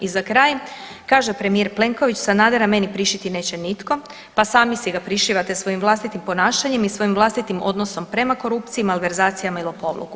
I za kraj, kaže premijer Plenković Sanadera meni prišiti neće nitko, pa sami si ga prišivate svojim vlastitim ponašanjem i svojim vlastitim odnosom prema korupciji, malverzacijama i lopovluku.